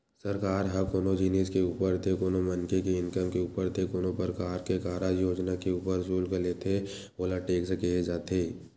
सरकार ह कोनो जिनिस के ऊपर ते कोनो मनखे के इनकम के ऊपर ते कोनो परकार के कारज योजना के ऊपर सुल्क लेथे ओला टेक्स केहे जाथे